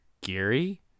Geary